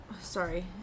sorry